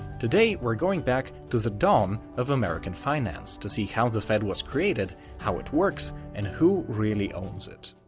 today, we're going back to the dawn of american finance to see how the fed was created, how it works and who really owns it.